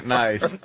nice